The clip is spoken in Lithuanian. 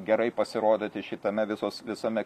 gerai pasirodyti šitame visos visame